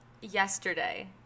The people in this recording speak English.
yesterday